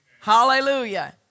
Hallelujah